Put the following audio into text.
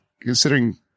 Considering